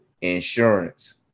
insurance